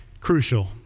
crucial